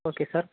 okay sir